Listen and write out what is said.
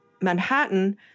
Manhattan